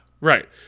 Right